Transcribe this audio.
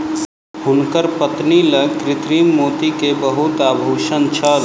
हुनकर पत्नी लग कृत्रिम मोती के बहुत आभूषण छल